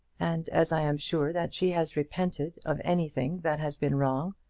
and as i am sure that she has repented of anything that has been wrong,